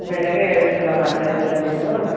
ಬೆಳಗ್ಗೆ ಮಾತ್ರ ಇರೋದ ನೀವು